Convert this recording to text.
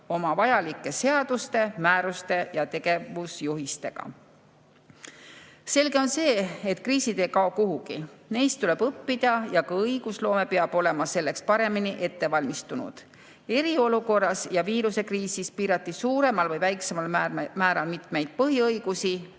olla oma seaduste, määruste ja tegevusjuhistega. Selge on see, et kriisid ei kao kuhugi, neist tuleb õppida ja ka õigusloome peab olema nendeks paremini valmistunud. Eriolukorras ja viiruskriisis piirati suuremal või väiksemal määral mitmeid põhiõigusi,